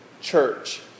church